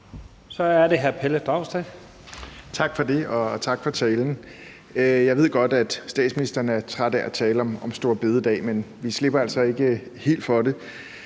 Kl. 00:26 Pelle Dragsted (EL): Tak for det. Og tak for talen. Jeg ved godt, at statsministeren er træt af at tale om store bededag, men vi slipper altså ikke helt for det.